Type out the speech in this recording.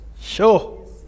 Sure